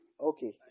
Okay